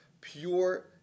pure